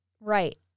Right